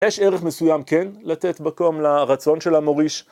יש ערך מסוים כן לתת מקום לרצון של המוריש.